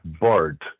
Bart